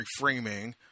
reframing